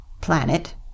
planet